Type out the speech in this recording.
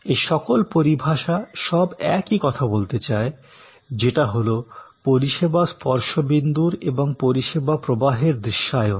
এই সকল পরিভাষা সব একই কথা বলতে চায় যেটা হোল পরিষেবা স্পর্শ বিন্দুর এবং পরিষেবা প্রবাহের দৃশ্যায়ন